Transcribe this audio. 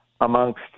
amongst